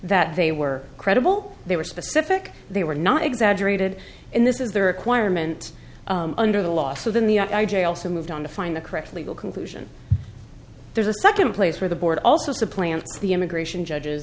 that they were credible they were specific they were not exaggerated and this is the requirement under the law so than the i j also moved on to find the correct legal conclusion there's a second place where the board also supplant the immigration judges